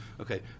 Okay